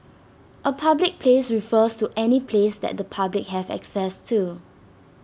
A public place refers to any place that the public have access to